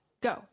Go